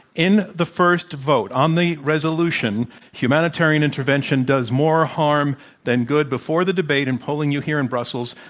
in the first vote on the resolution humanitarian intervention does more harm than good, before the debate, in polling you here in brussels,